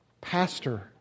pastor